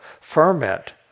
ferment